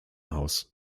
haus